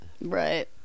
Right